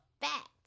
fact